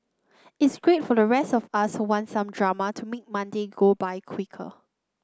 it's great for the rest of us who want some drama to make Monday go by quicker